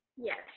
Yes